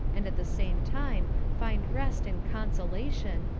and at the same time find rest and consolation,